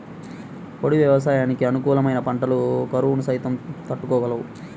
పొడి వ్యవసాయానికి అనుకూలమైన పంటలు కరువును సైతం తట్టుకోగలవు